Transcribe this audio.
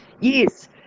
Yes